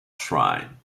shrine